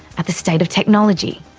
at the state of technology,